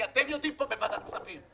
כי אתם יודעים פה בוועדת הכספים.